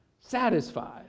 satisfied